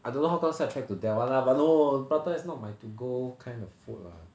I don't know how come sidetrack to that [one] lah but no prata is not my to go kind of food lah